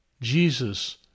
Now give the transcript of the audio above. Jesus